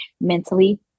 mentally